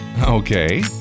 Okay